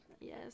Yes